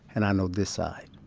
and i know this side.